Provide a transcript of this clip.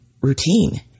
routine